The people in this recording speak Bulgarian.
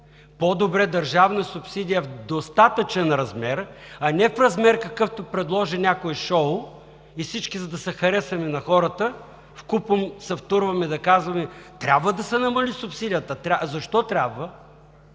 по-добре държавна субсидия в достатъчен размер, а не в размер, какъвто предложи някое шоу, и всички, за да се харесаме на хората, вкупом се втурваме да казваме: трябва да се намали субсидията. А защо трябва?